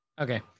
Okay